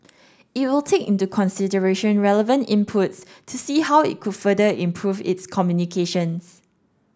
it will take into consideration relevant inputs to see how it could further improve its communications